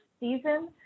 season